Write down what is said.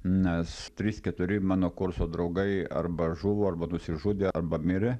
nes trys keturi mano kurso draugai arba žuvo arba nusižudė arba mirė